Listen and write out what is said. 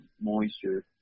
moisture